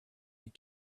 had